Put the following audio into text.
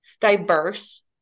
diverse